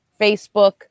Facebook